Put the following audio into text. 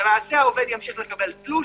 למעשה, העובד ימשיך לקבל תלוש.